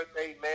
amen